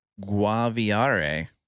Guaviare